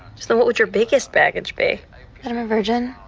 so what would your biggest baggage be? i'm a virgin